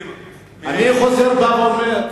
חוזר ואומר,